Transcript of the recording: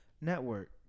network